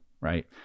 right